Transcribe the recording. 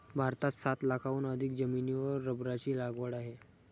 भारतात सात लाखांहून अधिक जमिनीवर रबराची लागवड आहे